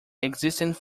existence